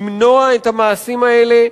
למנוע את המעשים האלה,